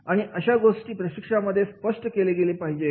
आणि अशा गोष्टी प्रशिक्षणामध्ये स्पष्ट केले गेले पाहिजेत